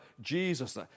Jesus